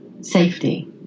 safety